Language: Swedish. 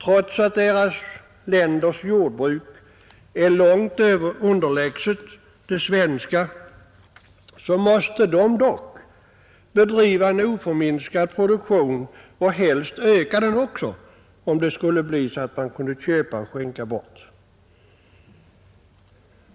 Trots att deras länders jordbruk är vida underlägset det svenska måste man där bedriva en oförminskad produktion och helst också öka den, om det skulle bli så att man kunde köpa och skänka bort produkter.